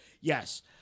Yes